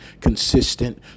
consistent